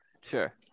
Sure